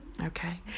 Okay